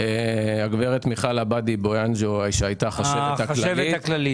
הגברת מיכל עבאדי בויאנג'ו, לשעבר החשבת הכללית.